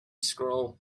scroll